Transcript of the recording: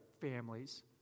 families